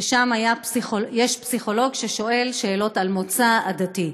שם יש פסיכולוג ששואל שאלות על מוצא עדתי.